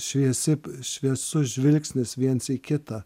šviesi šviesus žvilgsnis viens į kitą